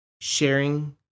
sharing